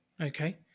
Okay